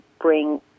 bring